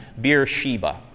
Beersheba